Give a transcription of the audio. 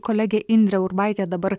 kolegė indrė urbaitė dabar